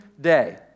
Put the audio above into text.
day